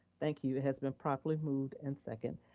thank you, it has been properly moved and second,